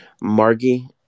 Margie